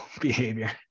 behavior